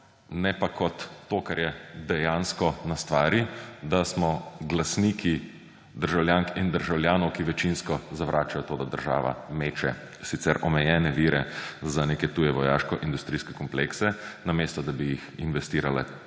ne pa kot to, kar je dejansko na stvari, da smo glasniki državljank in državljanov, ki večinsko zavračajo to, da država meče sicer omejene vire za neke tuje vojaškoindustrijske komplekse, namesto da bi jih investirala